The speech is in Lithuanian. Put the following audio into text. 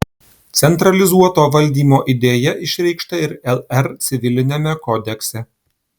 centralizuoto valdymo idėja išreikšta ir lr civiliniame kodekse